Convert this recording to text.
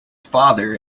father